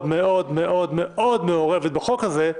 מאוד מאוד מאוד מאוד מעורבת בחוק הזה,